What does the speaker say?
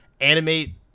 animate